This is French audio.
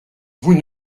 vous